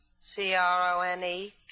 C-R-O-N-E